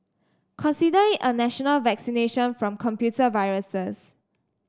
consider it a national vaccination from computer viruses